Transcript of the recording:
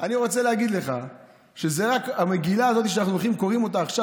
רוצה להגיד לך שהמגילה הזאת שאנחנו הולכים וקוראים עכשיו,